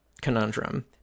conundrum